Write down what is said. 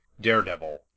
daredevil